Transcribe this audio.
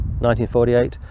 1948